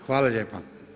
Hvala lijepa.